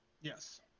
Yes